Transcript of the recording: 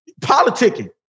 Politicking